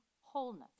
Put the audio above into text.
wholeness